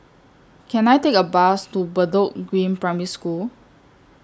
Can I Take A Bus to Bedok Green Primary School